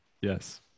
Yes